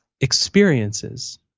experiences